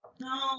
No